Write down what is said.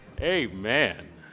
Amen